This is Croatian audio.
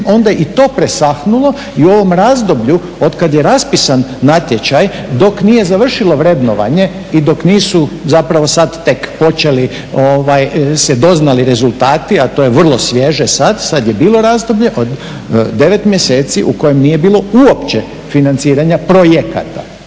onda je i to presahnulo i u ovom razdoblju otkad je raspisan natječaj dok nije završilo vrednovanje i dok nisu zapravo sad tek počeli, se doznali rezultati a to je vrlo svježe sad, sad je bilo razdoblje od 9 mjeseci u kojem nije bilo uopće financiranja projekata.